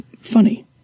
funny